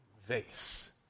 vase